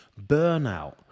burnout